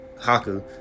Haku